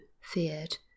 feared